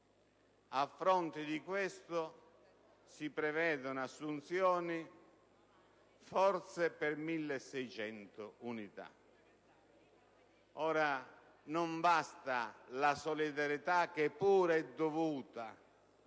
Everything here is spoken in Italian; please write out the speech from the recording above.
A fronte di questo, si prevedono assunzioni forse, per 1.600 unità. Non basta la solidarietà, che pure è dovuta,